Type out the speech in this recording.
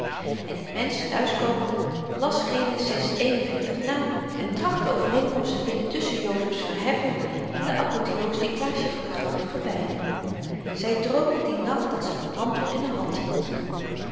en t mensch thuiskomende las genesis xli na en trachtte overeenkomst te vinden tusschen jozef's verheffing en de apotheose die klaasje van der gracht verbeidde zy droomde dien nacht dat ze een mantel in de hand hield